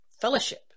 fellowship